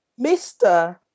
Mr